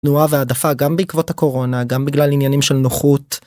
תנועה והעדפה גם בעקבות הקורונה, גם בגלל עניינים של נוחות.